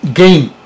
game